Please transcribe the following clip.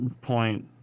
point